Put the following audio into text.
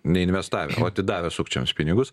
neinvestavę atidavę sukčiams pinigus